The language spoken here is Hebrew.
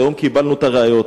היום קיבלנו את הראיות.